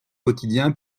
quotidien